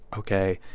ok,